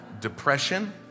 Depression